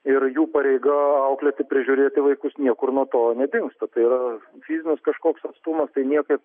ir jų pareiga auklėti prižiūrėti vaikus niekur nuo to nedingsta tai yra fizinis kažkoks atstumas tai niekaip